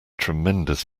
tremendous